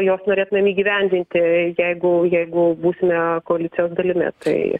juos norėtumėm įgyvendinti jeigu jeigu būsime koalicijos dalimi tai